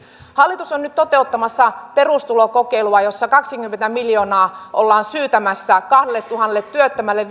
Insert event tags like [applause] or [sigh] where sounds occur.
hallitus on nyt toteuttamassa perustulokokeilua jossa kaksikymmentä miljoonaa ollaan syytämässä kahdelletuhannelle työttömälle [unintelligible]